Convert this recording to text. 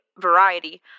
Variety